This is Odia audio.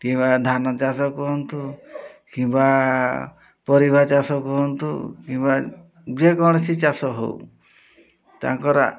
କିମ୍ବା ଧାନ ଚାଷ କୁହନ୍ତୁ କିମ୍ବା ପରିବା ଚାଷ କୁହନ୍ତୁ କିମ୍ବା ଯେକୌଣସି ଚାଷ ହଉ ତାଙ୍କର